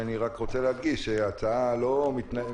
אני רק רוצה להדגיש שההצעה לא מתאיינת,